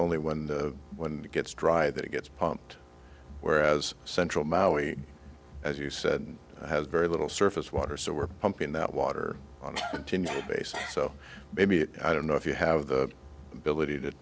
only when the when it gets dry that it gets pumped whereas central maui as you said has very little surface water so we're pumping that water on to the basin so maybe i don't know if you have the ability